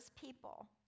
people